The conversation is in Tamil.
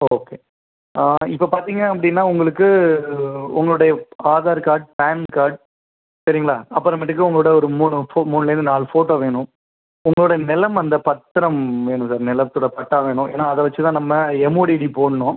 ஓகே இப்போ பார்த்தீங்க அப்படினா உங்களுக்கு உங்களோடைய ஆதார் கார்ட் பேன் கார்ட் சரிங்களா அப்புறமேட்டுக்கு உங்களோடய ஒரு மூணு ஃபோ மூணுலேருந்து நாலு ஃபோட்டோ வேணும் உங்களோடய நிலம் அந்த பத்திரம் வேணும் சார் நிலத்தோடய பட்டா வேணும் ஏனால் அதை வைச்சி தான் நம்ம எம்ஓடிடி போடணும்